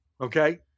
okay